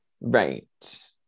Right